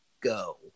go